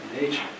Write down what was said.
nature